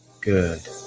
good